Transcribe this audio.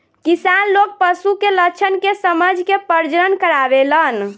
किसान लोग पशु के लक्षण के समझ के प्रजनन करावेलन